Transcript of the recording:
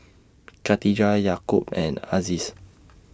Khatijah Yaakob and Aziz